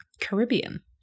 Caribbean